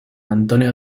antonio